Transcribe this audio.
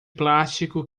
plástico